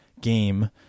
game